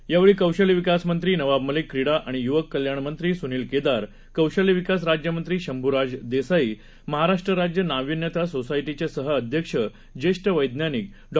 यावेळीकौशल्यविकासमंत्रीनवाबमलिक क्रीडाआणियुवककल्याणमंत्रीसुनीलकेदार कौशल्यविकासराज्यमंत्रीशंभूराजदेसाई महाराष्ट्रराज्यनाविन्यतासोसायटीचेसहअध्यक्षजेष्ठवैज्ञानिकडॉ